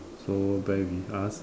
so bear with us